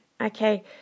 Okay